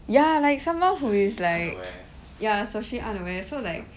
ya like someone who is like ya socially unaware so like